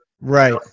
right